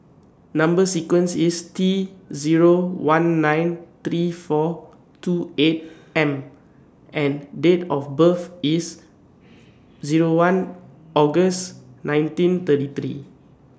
Number sequence IS T Zero one nine three four two eight M and Date of birth IS Zero one August nineteen thirty three